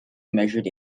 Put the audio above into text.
measured